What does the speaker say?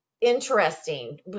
interesting